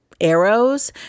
arrows